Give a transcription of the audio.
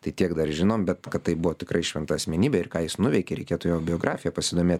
tai kiek dar žinom bet kad tai buvo tikrai šventa asmenybė ir ką jis nuveikė reikėtų jo biografija pasidomėt